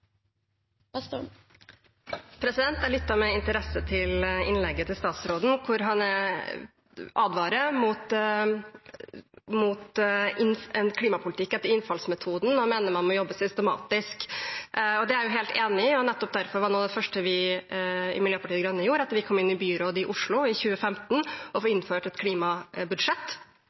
Jeg lyttet med interesse til innlegget til statsråden, hvor han advarer mot en klimapolitikk etter innfallsmetoden og mener man må jobbe systematisk. Det er jeg helt enig i, og nettopp derfor var noe av det første vi i Miljøpartiet De Grønne gjorde etter at vi kom inn i byrådet i Oslo i 2015, å få innført et klimabudsjett,